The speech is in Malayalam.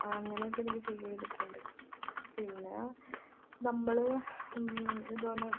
അങ്ങനെയൊക്കെ എനിക്ക് ഫീൽ ചെയ്തിട്ടുണ്ട് പിന്നേ നമ്മൾ ഇതുപോലെ